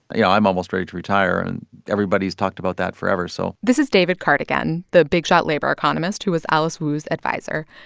but yeah i'm almost ready to retire, and everybody's talked about that forever, so. this is david card again, the big shot labor economist who was alice wu's adviser.